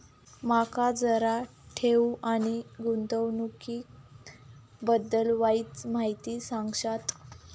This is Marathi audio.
माका जरा ठेव आणि गुंतवणूकी बद्दल वायचं माहिती सांगशात?